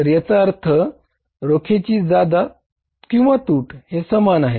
तर याचा अर्थ रोखेची ज्यादा तूट हे समान आहे